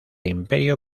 imperio